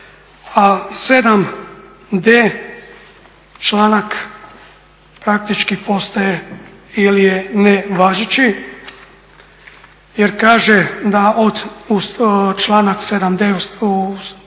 a 7.d članak praktički postaje ili je nevažeći jer kaže da od, članaka 7.d u